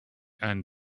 and